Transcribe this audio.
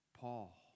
Paul